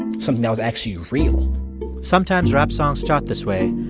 and something that was actually real sometimes rap songs start this way,